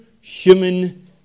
human